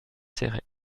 céré